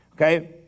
Okay